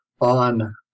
on